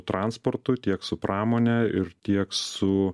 transportu tiek su pramone ir tiek su